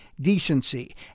decency